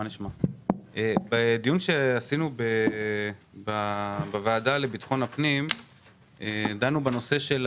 בדיון שעשינו בוועדה לביטחון הפנים דנו בנושא של